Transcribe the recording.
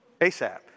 ASAP